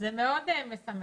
זה מאוד משמח.